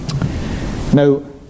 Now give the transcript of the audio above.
Now